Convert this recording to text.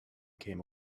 came